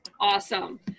Awesome